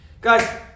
Guys